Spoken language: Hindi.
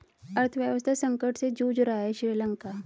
अर्थव्यवस्था संकट से जूझ रहा हैं श्रीलंका